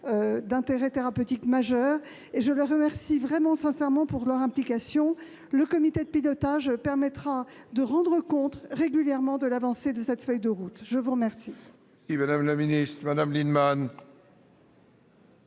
d'intérêt thérapeutique majeur. Je les remercie sincèrement de leur implication. Le comité de pilotage permettra de rendre compte régulièrement de l'avancée de cette feuille de route. La parole